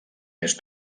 més